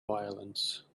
violence